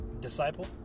disciple